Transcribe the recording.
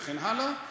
וכן הלאה.